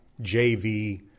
JV